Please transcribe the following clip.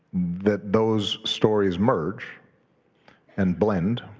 that those stories merge and blend,